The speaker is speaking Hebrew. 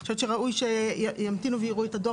אני חושבת שימתינו ויראו את הדוח.